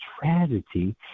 tragedy